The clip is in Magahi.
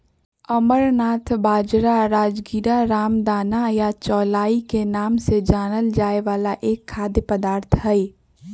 अमरनाथ बाजरा, राजगीरा, रामदाना या चौलाई के नाम से जानल जाय वाला एक खाद्य पदार्थ हई